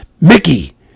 Mickey